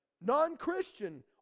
non-christian